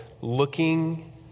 looking